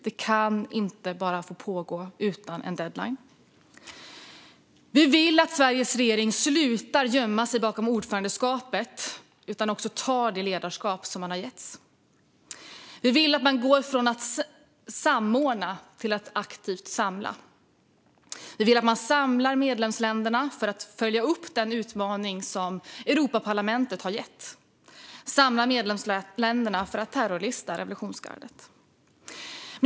Den kan inte bara få pågå utan deadline. Vi vill att Sveriges regering slutar gömma sig bakom ordförandeskapet och tar det ledarskap som man har getts. Vi vill att man går från att samordna till att aktivt samla. Vi vill att man samlar medlemsländerna för att följa upp den utmaning som Europaparlamentet har gett och terrorlista revolutionsgardet.